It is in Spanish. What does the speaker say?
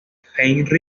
heinrich